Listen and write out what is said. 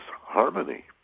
harmony